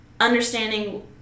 Understanding